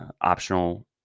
optional